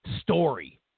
story